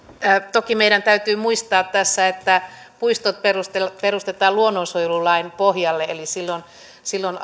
toki meidän täytyy muistaa tässä se että puistot perustetaan luonnonsuojelulain pohjalle eli silloin silloin